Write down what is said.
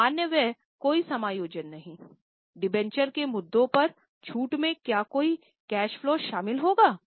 सामान्य व्यय कोई समायोजन नहीं डिबेंचर के मुद्दे पर छूट में क्या कोई कैश फलो शामिल होगा